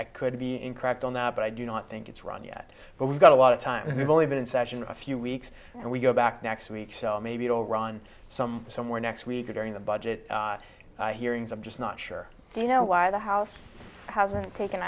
i could be incorrect on that but i do not think it's running that but we've got a lot of time we've only been in session a few weeks and we go back next week so maybe it'll run some somewhere next week or during the budget hearings i'm just not sure you know why the house hasn't taken